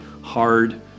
hard